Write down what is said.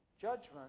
judgment